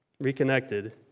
reconnected